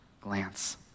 glance